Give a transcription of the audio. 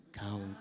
Count